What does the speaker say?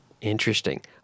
Interesting